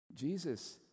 Jesus